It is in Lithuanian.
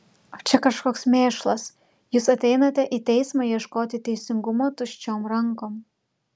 o čia kažkoks mėšlas jūs ateinate į teismą ieškoti teisingumo tuščiom rankom